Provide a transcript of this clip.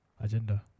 Agenda